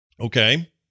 Okay